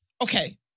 Okay